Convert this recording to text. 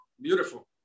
Beautiful